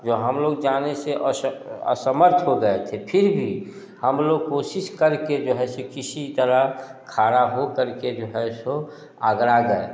जो हम लोग जाने से असमर्थ हो गए थे फिर भी हम लोग कोशिश कर के जो है किसी तरह खड़ा हो कर के जो है सो आगरा गए